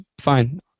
Fine